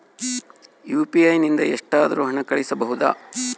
UPI ನಿಂದ ಎಷ್ಟಾದರೂ ಹಣ ಕಳಿಸಬಹುದಾ?